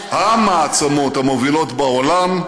עם מעצמות, ה-מעצמות, המובילות בעולם,